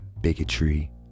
bigotry